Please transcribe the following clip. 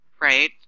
right